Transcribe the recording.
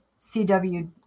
CW